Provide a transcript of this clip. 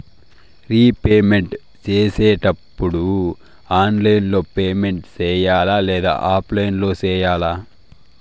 repayment సేసేటప్పుడు online లో payment సేయాలా లేదా ఆఫ్లైన్ లో సేయాలా